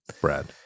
brad